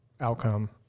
outcome